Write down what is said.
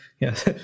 yes